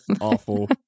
Awful